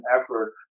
effort